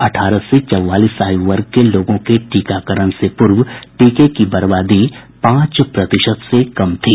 अठारह से चौवालीस आयु वर्ग के लोगों के टीकाकरण से पूर्व टीके की बर्बादी पांच प्रतिशत से कम थी